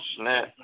snap